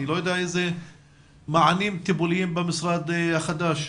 אני לא יודע איזה מענים טיפוליים יש במשרד החדש.